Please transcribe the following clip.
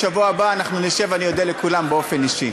בשבוע הבא אנחנו נשב ואני אודה לכולם באופן אישי.